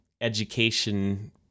education